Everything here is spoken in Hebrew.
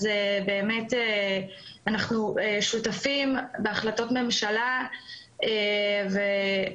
אז באמת אנחנו שותפים בהחלטות ממשלה וברגע